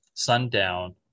sundown